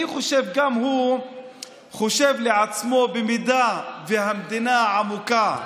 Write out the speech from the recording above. אני חושב שגם הוא חושב לעצמו: אם המדינה העמוקה,